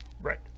Right